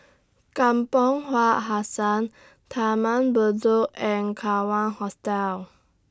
Kampong Hassan Taman Bedok and Kawan Hostel